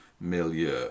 milieu